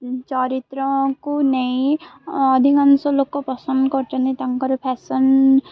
ଚରିତ୍ରକୁ ନେଇ ଅଧିକାଂଶ ଲୋକ ପସନ୍ଦ କରୁଛନ୍ତି ତାଙ୍କର ଫ୍ୟାସନ୍